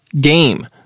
game